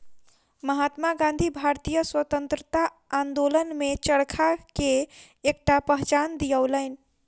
महात्मा गाँधी भारतीय स्वतंत्रता आंदोलन में चरखा के एकटा पहचान दियौलैन